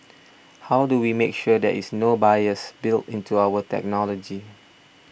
how do we make sure there is no bias built into our technology